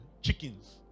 chickens